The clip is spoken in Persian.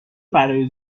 برای